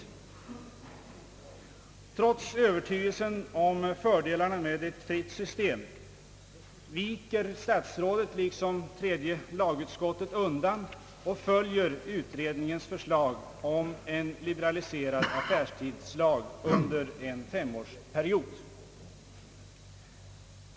Trots övertygelsen om fördelarna med ett fritt system viker statsrådet, liksom tredje lagutskottet, undan och följer utredningens förslag om en liberaliserad affärstidslag under en femårsperiod.